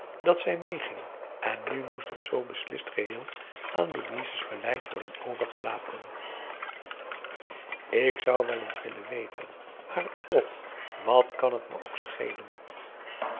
dat zij meeging en nu moest het zoo beslist geheel aan louise's beleid worden overgelaten ik zou wel eens willen weten maar och wat kan het me ook schelen